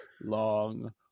long